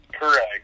Correct